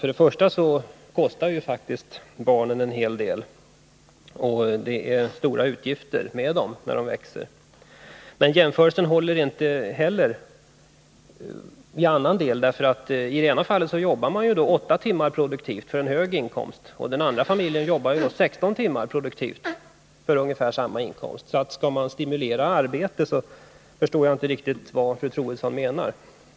Först och främst kostar faktiskt barnen en hel del, och det är stora utgifter när de växer. Men jämförelsen håller inte heller i en annan del, därför att i den ena familjen jobbar man åtta timmar produktivt för en hög inkomst, medan den andra familjen jobbar 16 timmar produktivt för samma inkomst. Om det är meningen att man skall stimulera till arbete, så förstår jag inte riktigt vad fru Troedsson menar.